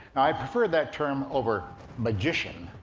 i prefer that term over magician,